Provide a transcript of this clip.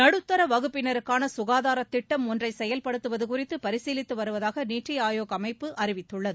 நடுத்தர வகுப்பினருக்கான சுகாதாரத் திட்டம் ஒன்றை செயல்படுத்துவது குறித்து பரிசீலித்து வருவதாக நித்தி ஆயோக் அமைப்பு அறிவித்துள்ளது